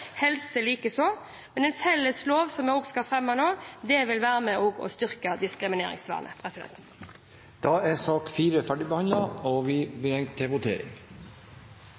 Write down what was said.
men en felles lov som vi skal fremme forslag om nå, vil også være med og styrke diskrimineringsvernet. Debatten i sak nr. 4 er dermed avsluttet. Da er vi klare til å gå til votering.